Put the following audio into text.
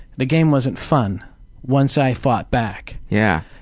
the game wasn't fun once i fought back. yeah.